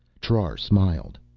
trar smiled.